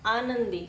आनंदी